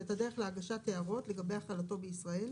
ואת הדרך להגשת הערות לגבי החלתו בישראל,